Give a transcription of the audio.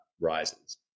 rises